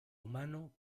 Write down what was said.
humano